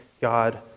God